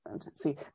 see